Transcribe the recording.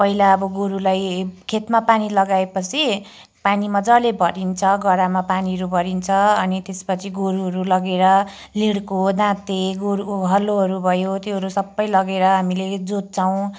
पहिला अब गोरूलाई खेतमा पानी लगाए पछि पानी मजाले भरिन्छ गरामा पानीहरू भरिन्छ अनि त्यसपछि गोरुहरू लगेर लेडको दाँते गोरू हलोहरू भयो त्योहरू सबै लगेर हामीले जोत्छौँ